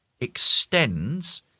extends